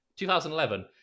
2011